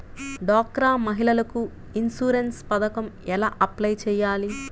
డ్వాక్రా మహిళలకు ఇన్సూరెన్స్ పథకం ఎలా అప్లై చెయ్యాలి?